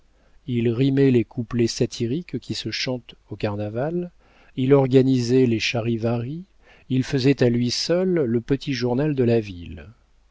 il rimait les couplets satiriques qui se chantent au carnaval il organisait les charivaris il faisait à lui seul le petit journal de la ville